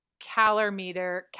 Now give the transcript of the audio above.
calorimeter